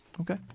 okay